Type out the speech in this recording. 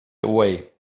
away